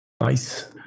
Nice